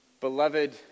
beloved